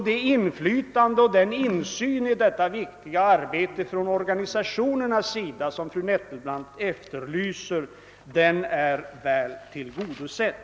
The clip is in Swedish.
Det önskemål om inflytande och insyn för organisationerna som fru Nettelbrandt uttryckte är sålunda väl tillgodosett.